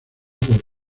por